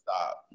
stop